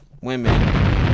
Women